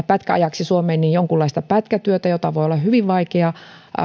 pätkäajaksi suomeen jonkunlaista pätkätyötä jota voi olla hyvin vaikea